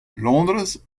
londrez